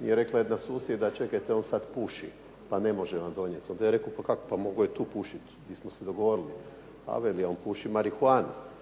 i rekla jedna susjeda, čekajte on sada puši, pa ne može vam donijeti. Pa onda sam ja rekao, pa kako mogao je tu pušiti, mi smo se dogovorili. Veli on puši marihuanu.